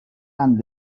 and